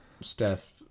steph